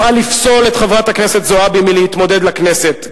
אפעל לפסול את חברת הכנסת זועבי מלהתמודד לכנסת.